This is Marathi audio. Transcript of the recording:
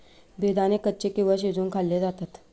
बेदाणे कच्चे किंवा शिजवुन खाल्ले जातात